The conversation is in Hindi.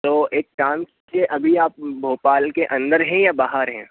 तो एक काम जिए अभी आप भोपाल के अंदर हैं या बाहर हैं